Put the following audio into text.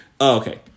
Okay